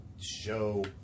show